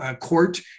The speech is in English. court